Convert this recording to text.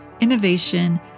innovation